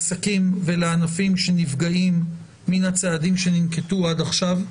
לעסקים ולענפים שנפגעים מן הצעדים שננקטו עד עכשיו.